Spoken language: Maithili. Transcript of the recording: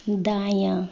दायाँ